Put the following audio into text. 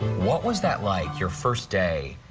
what was that like your first day?